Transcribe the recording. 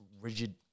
rigid